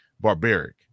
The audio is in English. barbaric